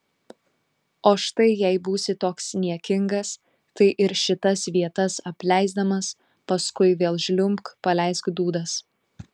o štai jei būsi toks niekingas tai ir šitas vietas apleisdamas paskui vėl žliumbk paleisk dūdas